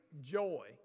joy